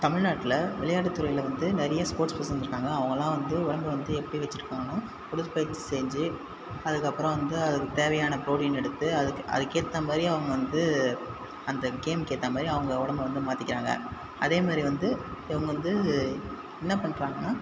தமிழ்நாட்டில் விளையாட்டு துறையில் வந்து நிறைய ஸ்போர்ட்ஸ் பர்சன்ஸ் இருக்காங்க அவங்கெலாம் வந்து உடம்ப வந்து எப்படி வச்சுருக்காங்கன்னா உடற்பயிற்சி செஞ்சு அதுக்கப்புறம் வந்து அதுக்கு தேவையான புரோட்டீன் எடுத்து அதுக்கு அதுக்கு ஏற்ற மாதிரி அவங்க வந்து அந்த கேமுக்கு ஏற்ற மாதிரி அவங்க உடம்ப வந்து மாற்றிக்கிறாங்க அதே மாதிரி வந்து இவங்கள் வந்து என்ன பண்ணுறாங்கன்னா